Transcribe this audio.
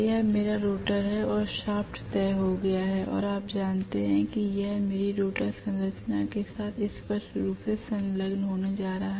यह मेरा रोटर है और शाफ्ट तय हो गया है और आप जानते हैं कि यह मेरी रोटर संरचना के साथ स्पष्ट रूप से संलग्न होने जा रहा है